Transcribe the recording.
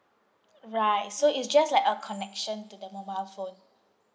right so it's just like a connection to the mobile phone